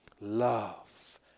love